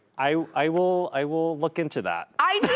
i i will, i will look into that. i